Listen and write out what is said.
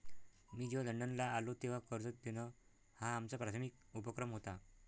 मी जेव्हा लंडनला आलो, तेव्हा कर्ज देणं हा आमचा प्राथमिक उपक्रम होता